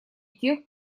тех